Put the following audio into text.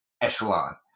Echelon